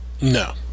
No